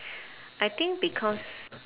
I think because